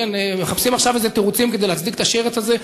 מחפשים עכשיו איזה תירוצים כדי להצדיק את השרץ הזה,